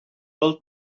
old